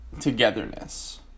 togetherness